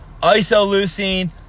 isoleucine